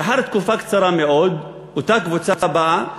לאחר תקופה קצרה מאוד אותה קבוצה באה,